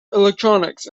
electronics